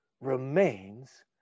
remains